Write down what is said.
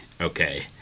okay